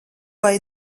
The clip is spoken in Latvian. vai